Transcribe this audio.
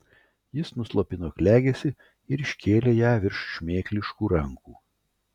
jis nuslopino klegesį ir iškėlė ją virš šmėkliškų rankų